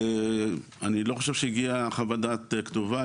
אני לא חושב שהגיעה חוות דעת כתובה,